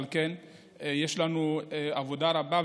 יש לנו עבודה רבה,